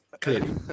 clearly